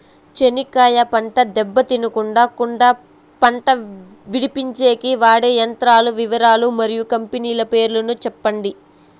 చెనక్కాయ పంట దెబ్బ తినకుండా కుండా పంట విడిపించేకి వాడే యంత్రాల వివరాలు మరియు కంపెనీల పేర్లు చెప్పండి?